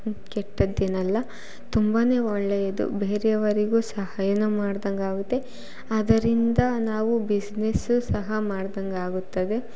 ಕೆಟ್ಟದ್ದೇನಲ್ಲ ತುಂಬ ಒಳ್ಳೆಯದು ಬೇರೆಯವರಿಗೂ ಸಹಾಯ ಮಾಡಿದಂಗಾಗುತ್ತೆ ಅದರಿಂದ ನಾವು ಬಿಸ್ನೆಸ್ಸು ಸಹ ಮಾಡಿದಂಗಾಗುತ್ತದೆ